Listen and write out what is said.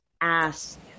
ask